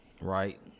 right